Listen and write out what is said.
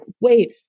wait